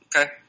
Okay